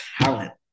talent